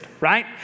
right